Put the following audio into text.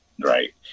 right